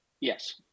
Yes